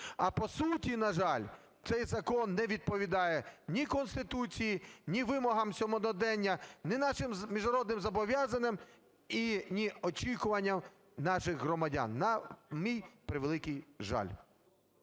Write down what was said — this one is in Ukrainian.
А, по суті, на жаль, цей закон не відповідає ні Конституції, ні вимогам сьогодення, ні нашим міжнародним зобов'язанням і ні очікуванням наших громадян, на мій превеликий жаль.